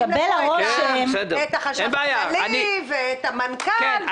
כשרוצים כסף הם מביאים את המנכ"ל ואת החשב הכללי ואת כולם.